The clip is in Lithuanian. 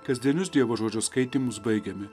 kasdienius dievo žodžio skaitymus baigėme